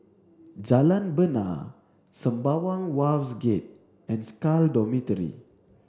Jalan Bena Sembawang Wharves Gate and SCAL Dormitory